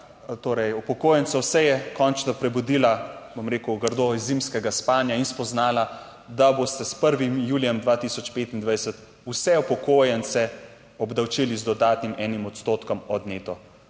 zveza upokojencev se je končno prebudila, bom rekel grdo, iz zimskega spanja in spoznala, da boste s 1. julijem 2025 vse upokojence obdavčili z dodatnim enim odstotkom od neto